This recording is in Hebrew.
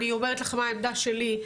אני אומרת לך מה העמדה שלי,